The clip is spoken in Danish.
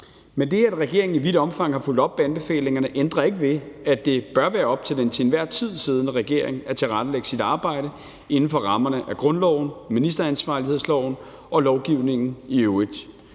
Men det, at regeringen i vidt omfang har fulgt op på anbefalingerne, ændrer ikke ved, at det bør være op til den enhver tid siddende regering at tilrettelægge sit arbejde inden for rammerne af grundloven, ministeransvarlighedsloven og lovgivningen i øvrigt.